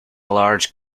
large